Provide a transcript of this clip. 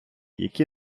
які